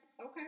okay